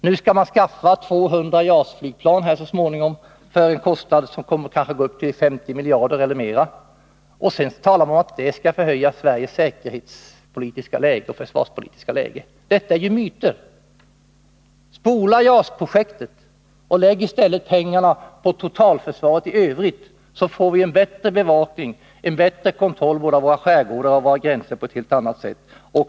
Nu skall man så småningom skaffa 200 JAS-flygplan för en kostnad som kanske kommer att uppgå till 50 miljarder eller mera. Man talar om att det skall förbättra Sveriges säkerhetspolitiska och försvarspolitiska läge. Detta är ju myter. Spola JAS-projektet och lägg i stället pengarna på totalförsvaret i övrigt! Då får vi en bättre bevakning, en bättre kontroll både av våra skärgårdar och av våra gränser.